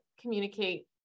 communicate